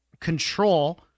control